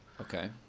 Okay